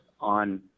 on